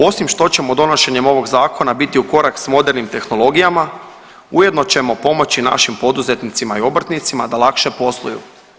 Osim što ćemo donošenjem ovog zakona biti u korak s modernim tehnologijama ujedno ćemo pomoći našim poduzetnicima i obrtnicima da lakše posluju.